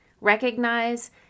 Recognize